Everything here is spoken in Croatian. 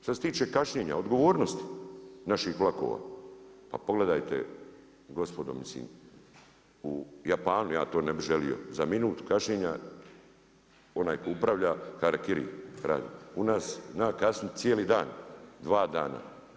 Što se tiče kašnjenja, odgovornosti naših vlakova, pa pogledajte gospodo, mislim u Japanu, ja to ne bih želio, za minut kašnjenja onaj tko upravlja harakiri … u nas zna kasniti cijeli dan, dva dana.